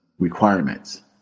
Requirements